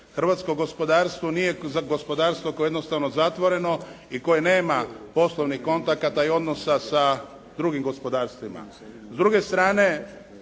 Hrvatsko gospodarstvo nije gospodarstvo koje je jednostavno zatvoreno i koje nema poslovnih kontakata i odnosa sa drugim gospodarstvima.